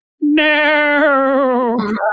No